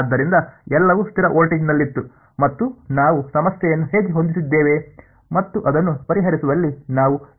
ಆದ್ದರಿಂದ ಎಲ್ಲವೂ ಸ್ಥಿರ ವೋಲ್ಟೇಜ್ನಲ್ಲಿತ್ತು ಮತ್ತು ನಾವು ಸಮಸ್ಯೆಯನ್ನು ಹೇಗೆ ಹೊಂದಿಸಿದ್ದೇವೆ ಮತ್ತು ಅದನ್ನು ಪರಿಹರಿಸುವಲ್ಲಿ ನಾವು ಎರಡು ಹಂತಗಳನ್ನು ಹೊಂದಿದ್ದೇವೆ ಸರಿ